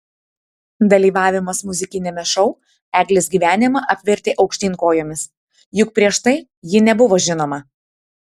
dalyvavimas muzikiniame šou eglės gyvenimą apvertė aukštyn kojomis juk prieš tai ji nebuvo žinoma